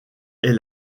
est